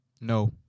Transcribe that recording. No